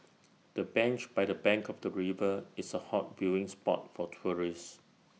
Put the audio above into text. the bench by the bank of the river is A hot viewing spot for tourists